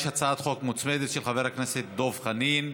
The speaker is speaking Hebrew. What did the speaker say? יש הצעת חוק מוצמדת, של חבר הכנסת דב חנין.